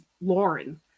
Lauren